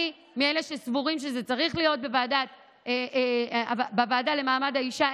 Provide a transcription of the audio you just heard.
אני מאלה שסבורים שזה צריך להיות בוועדה לקידום מעמד האישה.